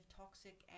toxic